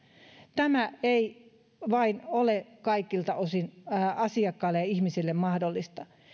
tämä ei vain ole kaikilta osin asiakkaille ja ihmisille mahdollista